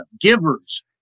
givers